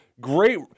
Great